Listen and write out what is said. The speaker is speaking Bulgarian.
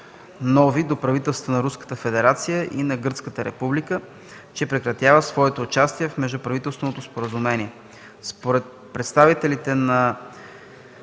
ноти до правителствата на Руската федерация и на Гръцката република, че прекратява своето участие в Междуправителственото споразумение.